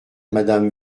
madame